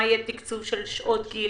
מה יהיה תקצוב של שעות גיל?